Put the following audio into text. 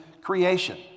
creation